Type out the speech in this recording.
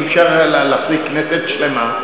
אי-אפשר להחזיק כנסת שלמה,